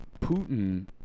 putin